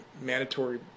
mandatory